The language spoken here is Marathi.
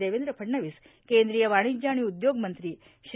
देवेंद्र फडणवीस केंद्रीय वाणिज्य आणि उद्योग मंत्री श्री